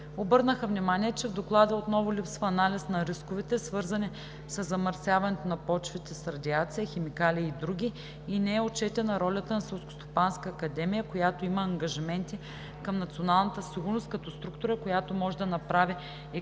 Обърнаха внимание, че в Доклада отново липсва анализ на рисковете, свързани със замърсяването на почвите с радиация, химикали и други и не е отчетена ролята на Селскостопанската академия, която има ангажименти към националната сигурност като структура, която може да направи експертиза